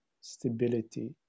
stability